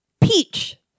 peach